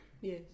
Yes